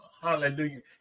Hallelujah